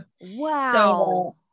Wow